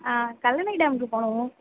ஆ கல்லணை டேம்முக்குப் போகணும்